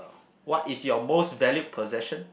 what is your most valued possession